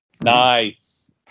Nice